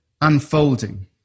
unfolding